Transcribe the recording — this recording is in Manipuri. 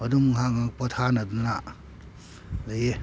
ꯑꯗꯨꯝ ꯉꯥꯏꯍꯥꯛ ꯉꯥꯏꯍꯥꯛ ꯄꯣꯊꯥꯅꯗꯅ ꯂꯩꯌꯦ